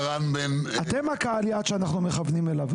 אתם קהל היעד שאנחנו מכוונים אליו,